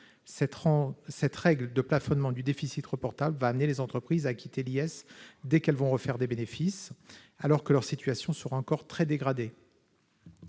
Cette règle de plafonnement du déficit reportable va conduire les entreprises à s'acquitter de l'impôt sur les sociétés dès qu'elles vont refaire des bénéfices, alors que leur situation sera encore très dégradée.